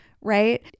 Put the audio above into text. right